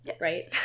right